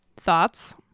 Thoughts